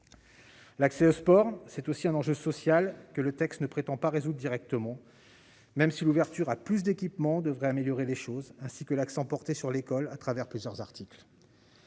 L'accès au sport, c'est aussi un enjeu social que le texte ne prétend pas résoudre directement, même si l'ouverture à plus d'équipements devrait apporter des améliorations en la matière, ainsi que l'accent porté sur l'école au travers de plusieurs articles.